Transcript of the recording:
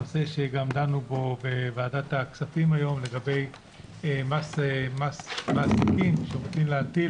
נושא שגם דנו בו בוועדת הכספים היום לגבי מס מעסיקים שרוצים להטיל,